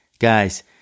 Guys